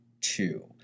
two